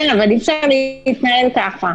אבל אי-אפשר להתנהל כך.